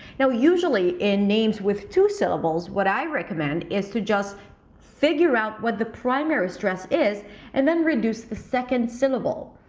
now usually in names with two syllables what i recommend is to just figure out what the primary stress is and then reduce the second syllable.